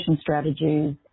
strategies